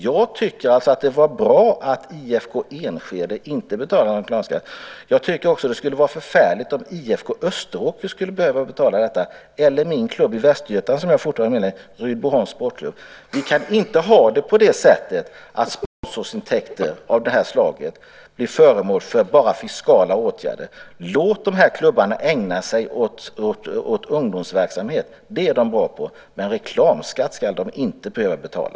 Jag tycker alltså att det är bra att IFK Enskede inte har betalat reklamskatt. Det skulle också vara förfärligt om IFK Österåker skulle behöva betala reklamskatt eller min klubb hemma i Västergötland som jag fortfarande är medlem i, Rydboholms Sportklubb. Vi kan inte ha det på det sättet att sponsorintäkter av nämnda slag blir föremål för enbart fiskala åtgärder. Låt de här klubbarna ägna sig åt ungdomsverksamhet, för det är de bra på. Men reklamskatt ska de inte behöva betala.